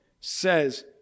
says